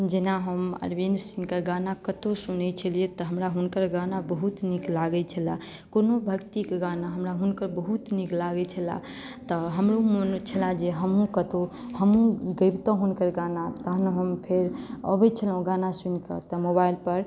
जेना हम अरविन्द सिंहकेँ गाना कतहु सनै छलियै तऽ हमरा हुनकर गाना बहुत नीक लागैत छल कोनो भक्तिकेंँ गाना हुनकर बहुत नीक लागै छल हमरो मनमे छल जे हमहुँ कतहु हमहुँ गबितहुँ हुनकर गाना तहन हम फेर अबै छलहुँ गाना सुनिकऽ मोबाईल पर